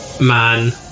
man